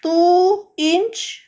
two inch